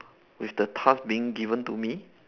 with the task being given to me